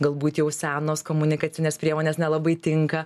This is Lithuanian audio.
galbūt jau senos komunikacinės priemonės nelabai tinka